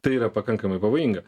tai yra pakankamai pavojinga